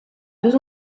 deux